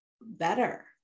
better